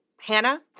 Hannah